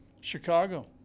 Chicago